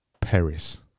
Paris